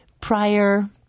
prior